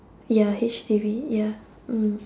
ya H_D_B ya mm